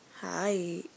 Hi